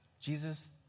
Jesus